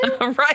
Right